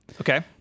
Okay